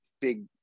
big